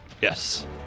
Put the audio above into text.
Yes